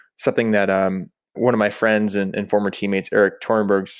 something that um one of my friends and and former teammate, eric thornburg,